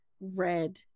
red